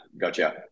gotcha